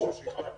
רוצה להגיד